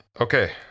okay